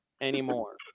anymore